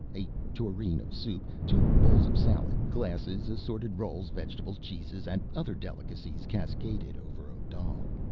a tureen of soup, two bowls of salad, glasses, assorted rolls, vegetables, cheeses and other delicacies cascaded over odal.